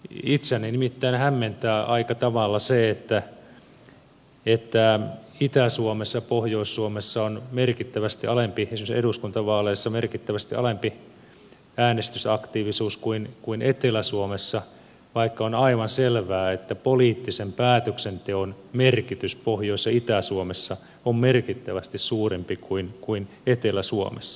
itseäni nimittäin hämmentää aika tavalla se että itä suomessa ja pohjois suomessa on esimerkiksi eduskuntavaaleissa merkittävästi alempi äänestysaktiivisuus kuin etelä suomessa vaikka on aivan selvää että poliittisen päätöksenteon merkitys pohjois ja itä suomessa on merkittävästi suurempi kuin etelä suomessa